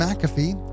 McAfee